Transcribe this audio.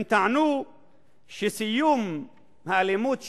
הם טענו שסיום האלימות שם,